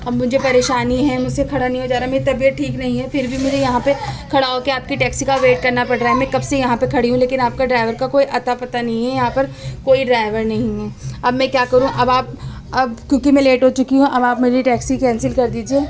اب مجھے پریشانی ہے مجھ سے کھڑا نہیں ہوا جا رہا ہے میری طبیعت ٹھیک نہیں ہے پھر بھی مجھے یہاں پہ کھڑا ہو کے آپ کی ٹیکسی کا ویٹ کرنا پڑ رہا ہے میں کب سے یہاں پر کھڑی ہوں لیکن آپ کا ڈرائیور کا کوئی اتا پتہ نہیں ہے یہاں پر کوئی ڈرائیور نہیں ہے اب میں کیا کروں اب آپ اب کیوںکہ میں لیٹ ہو چکی ہوں اب آپ میری ٹیکسی کینسل کر دیجیے